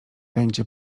będzie